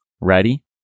Ready